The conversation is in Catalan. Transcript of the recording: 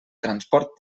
transport